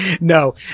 No